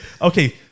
Okay